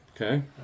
Okay